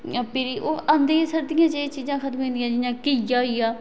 फिरी उंदी सर्दियें च एह् सब्जियां खत्म होई जंदियां जियां घीआ होई गेआ